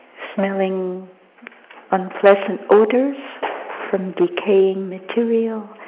smelling unpleasant odors from decaying material,